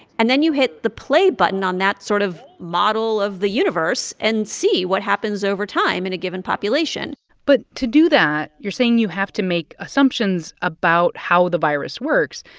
and then you hit the play button on that sort of model of the universe and see what happens over time in a given population but to do that, you're saying you have to make assumptions about how the virus works.